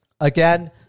Again